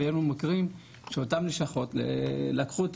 אבל היו לנו מקרים שאותם לשכות לקחו את